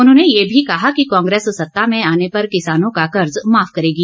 उन्होंने ये भी कहा कि कांग्रेस सत्ता में आने पर किसानों का कर्ज माफ करेगी